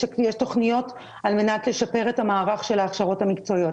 תכניות על מנת לשפר את המערך של ההכרות המקצועיות.